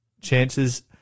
chances